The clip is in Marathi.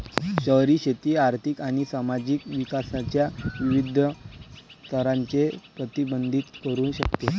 शहरी शेती आर्थिक आणि सामाजिक विकासाच्या विविध स्तरांचे प्रतिबिंबित करू शकते